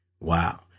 Wow